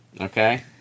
Okay